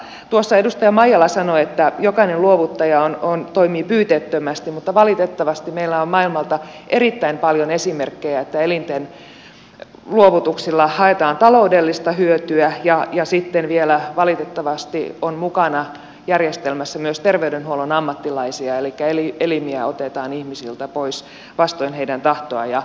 tuossa edustaja maijala sanoi että jokainen luovuttaja toimii pyyteettömästi mutta valitettavasti meillä on maailmalta erittäin paljon esimerkkejä että elinten luovutuksilla haetaan taloudellista hyötyä ja sitten vielä valitettavasti järjestelmässä on mukana myös terveydenhuollon ammattilaisia elikkä elimiä otetaan ihmisiltä pois vastoin heidän tahtoaan